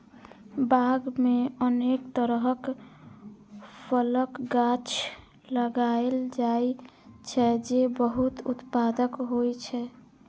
बाग मे अनेक तरहक फलक गाछ लगाएल जाइ छै, जे बहुत उत्पादक होइ छै